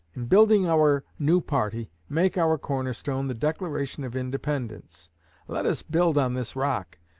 in building our new party make our cornerstone the declaration of independence let us build on this rock,